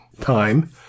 time